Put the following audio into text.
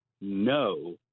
no